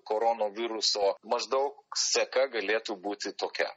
koronaviruso maždaug seka galėtų būti tokia